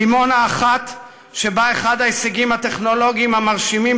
דימונה אחת שבה אחד ההישגים הטכנולוגיים המרשימים